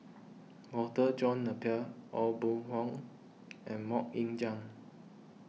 Walter John Napier Aw Boon Haw and Mok Ying Jang